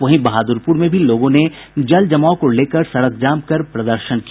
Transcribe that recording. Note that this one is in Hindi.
वहीं बहादुरपुर में भी लोगों ने जल जमाव को लेकर सड़क जाम कर प्रदर्शन किया